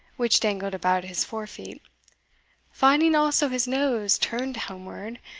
which dangled about his forefeet finding also his nose turned homeward,